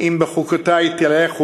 יהודים כערבים, חילונים כדתיים,